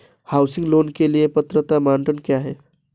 Housing loan के लिए पात्रता मानदंड क्या हैं?